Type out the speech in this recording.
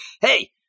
hey